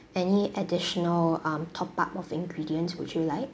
any additional um top up of ingredients would you like